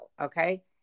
Okay